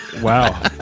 Wow